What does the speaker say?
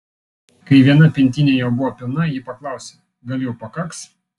kai viena pintinė jau buvo pilna ji paklausė gal jau pakaks